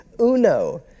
uno